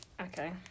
okay